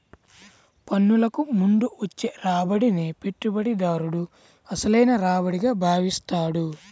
పన్నులకు ముందు వచ్చే రాబడినే పెట్టుబడిదారుడు అసలైన రాబడిగా భావిస్తాడు